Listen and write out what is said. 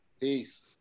Peace